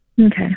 Okay